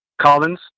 Collins